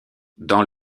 dans